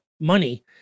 money